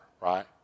right